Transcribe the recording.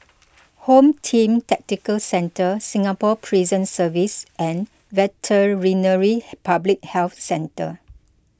Home Team Tactical Centre Singapore Prison Service and Veterinary Public Health Centre